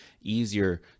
easier